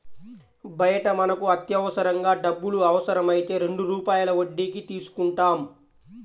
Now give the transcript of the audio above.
బయట మనకు అత్యవసరంగా డబ్బులు అవసరమైతే రెండు రూపాయల వడ్డీకి తీసుకుంటాం